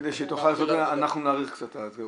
כדי שהיא תוכל לעשות את זה אנחנו נאריך קצת את זה,